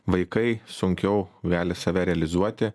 vaikai sunkiau gali save realizuoti